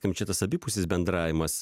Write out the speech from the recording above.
kam čia tas abipusis bendravimas